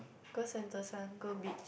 go Sentosa go beach